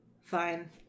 Fine